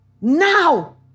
Now